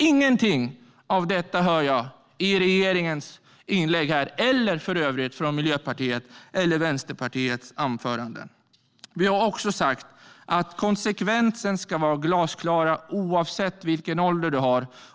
Ingenting av detta hör jag i regeringspartiernas inlägg eller för den delen i Vänsterpartiets anförande. Vi har också sagt att konsekvenserna ska vara glasklara oavsett vilken ålder man har.